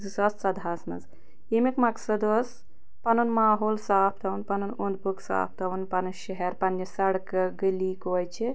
زٕ ساس ژۄدہَس مَنٛز ییٚمیٛک مقصد اوس پنُن ماحول صاف تھاوُن پنُن اوٚنٛد پوٚک صاف تھاوُن پنُن شہر پننہِ سڑکہٕ گلی کوچہِ